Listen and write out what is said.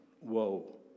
woe